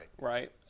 Right